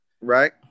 right